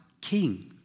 king